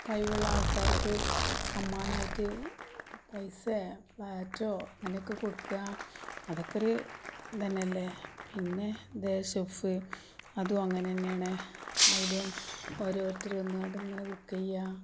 കഴിവുള്ള ആൾക്കാർക്ക് സമ്മാനമായിട്ട് പൈസയോ ഫ്ലാറ്റോ അങ്ങനെയൊക്ക കൊടുക്കുക അതൊക്കെയൊരു ഇതുതന്നെയല്ലേ പിന്നെ ദേ ഷെഫ് അതും അങ്ങനെ തന്നെയാണ് അതിലും ഓരോരുത്തർ വന്നുകൊണ്ട് ഇങ്ങനെ കുക്ക് ചെയ്യുക